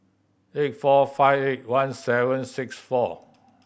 eight four five eight one seven six four